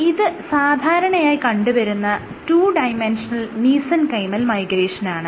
ഇത് സാധാരണയായി കണ്ടുവരുന്ന 2D മീസെൻകൈമൽ മൈഗ്രേഷനാണ്